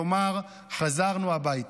לומר: חזרנו הביתה.